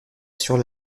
sur